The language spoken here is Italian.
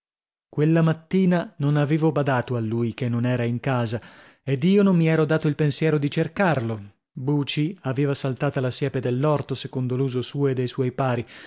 quella mattina non avevo badato a lui che non era in casa ed io non mi ero dato il pensiero di cercarlo buci aveva saltata la siepe dell'orto secondo l'uso suo e dei suoi pari